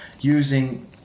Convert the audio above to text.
using